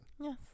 Yes